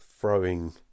throwing